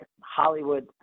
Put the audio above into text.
Hollywood